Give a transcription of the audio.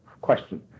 question